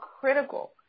critical